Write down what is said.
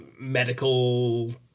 medical